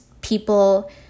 people